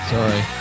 Sorry